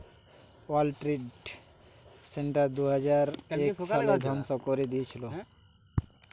world trade center দুইহাজার এক সালে ধ্বংস করে দিয়েছিলো